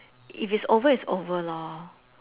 if it's over it's over lor